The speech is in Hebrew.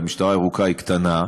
והמשטרה הירוקה היא קטנה,